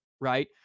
right